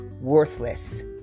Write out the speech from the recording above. worthless